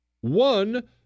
One